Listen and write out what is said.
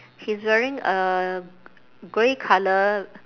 he's wearing a grey colour